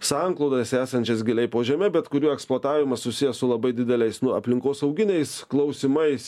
sanklodas esančias giliai po žeme bet kurių eksploatavimas susijęs su labai dideliais nu aplinkosauginiais klausimais